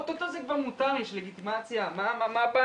אוטוטו זה כבר מותר, יש לגיטימציה, מה הבעיה?